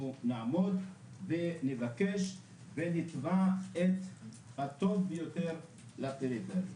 נעמוד ונבקש ונתבע את הטוב ביותר לפריפריה.